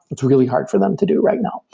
it's really hard for them to do right now.